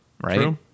right